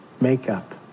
makeup